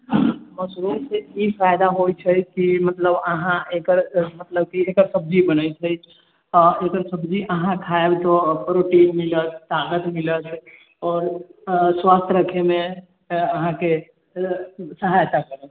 mushroom से ई फायदा होइ छै की मतलब अहाँ एकर मतलब की एकर सब्जी बनै छै एकर सब्जी अहाँ खाएब तऽ प्रोटीन मिलत तागत मिलत और स्वास्थ रखे मे अहाँके सहायता करत